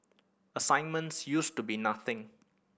assignments used to be nothing